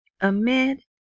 amid